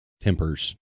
Tempers